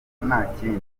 ntakindi